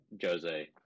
Jose